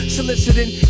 Soliciting